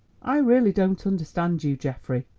i really don't understand you, geoffrey.